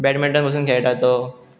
badminton पसून खेळटा तो